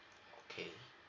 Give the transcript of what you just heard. okay